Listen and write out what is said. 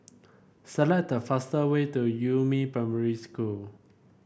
select the fastest way to Yumin Primary School